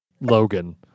logan